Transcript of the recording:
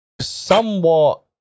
somewhat